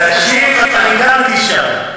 תקשיב, אני גרתי שם,